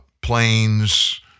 planes